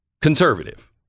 conservative